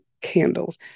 Candles